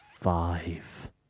Five